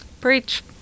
Preach